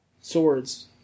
Swords